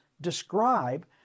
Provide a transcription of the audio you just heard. describe